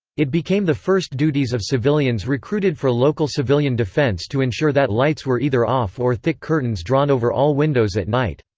it became the first duties of civilians recruited for local civilian defense to ensure that lights were either off or thick curtains drawn over all windows at night.